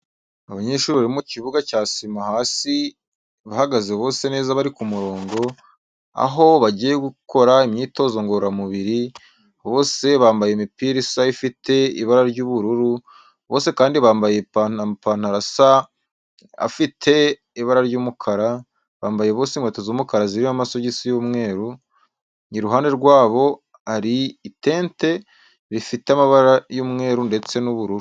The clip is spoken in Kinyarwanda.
Abanyeshuri bari mu kibuga cya sima hasi, bahagaze bose neza bari ku murongo, aho bagiye gukora imyitozo ngororamubiri, bose bambaye imipira isa ifite ibara ry'ubururu, bose kandi bambaye amapantaro asa afite ibara ry'umukara, bambaye bose inkweto z'umukara zirimo amasogisi y'umweru. Iruhande rwabo hari itente rifite amabara y'umweru ndetse n'ubururu.